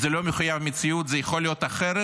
זה לא מחויב המציאות, זה יכול להיות אחרת.